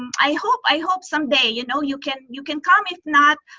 i hope i hope someday, you know you can you can come, if not,